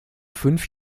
fünf